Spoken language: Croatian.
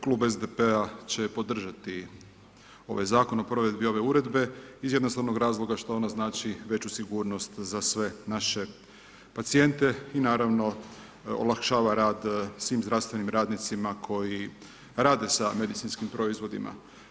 Klub SDP-a će podržati ovaj Zakon o provedbi ove Uredbe iz jednostavnog razloga što ona znači veću sigurnost za sve naše pacijente i naravno olakšava rad svim zdravstvenim radnicima koji rade sa medicinskim proizvodima.